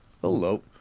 Hello